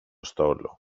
στόλο